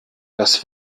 das